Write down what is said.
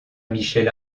michel